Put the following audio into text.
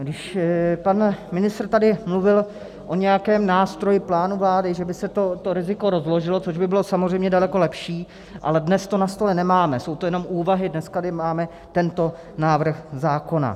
Když pan ministr tady mluvil o nějakém nástroji, plánu vlády, že by se to riziko rozložilo, což by bylo samozřejmě daleko lepší, ale dnes to na stole nemáme, jsou to jenom úvahy, dnes tady máme tento návrh zákona.